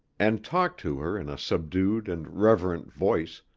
and talked to her in a subdued and reverent voice,